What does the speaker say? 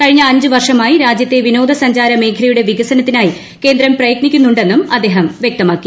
കഴിഞ്ഞ അഞ്ച് വർഷമായി രാജ്യത്തെ വിനോദസഞ്ചാര മേഖലയുടെ വികസനത്തിനായി കേന്ദ്രം പ്രയത്നിക്കുന്നുണ്ടെന്നും അദ്ദേഹം വൃക്തമാക്കി